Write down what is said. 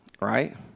Right